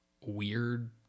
weird